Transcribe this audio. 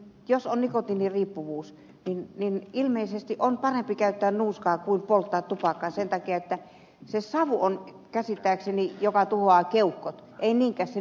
jos on nikotiiniriippuvuus on ilmeisesti parempi kuin se että polttaa tupakkaa sen takia että savu on käsittääkseni se joka tuhoaa keuhkot ei niinkään se nikotiini